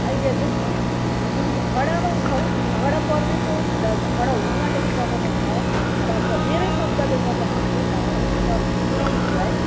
idea चाहिँ हामी जुन झगडामा छौँ झगडा पर्दैछ र झगडा हुनु आँटेको जग्गामा छ र हाम्रो मेरै शब्दले गर्दाखेरि केही झगडा हुन्छ भने चाहिँ हामीले है